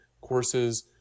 courses